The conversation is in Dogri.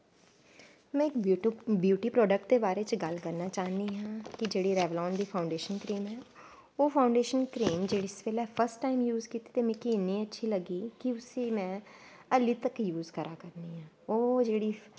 में इक ब्यूटी प्रोडैक्ट दे बारे च गल्ल करना चाह्नी आं कि जेह्ड़ी रैवलॉन दी फाउंडेशन क्रीम ऐ ओह् फाऊंडेशन क्रीम जिस बेल्लै फर्स्ट टाईम यूज कीती ही ते मिगी इन्नी अच्छी लग्गी की उसी मैं हाल्ली तक यूज करा करनी आं ओह् जेह्ड़ी